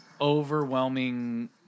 overwhelming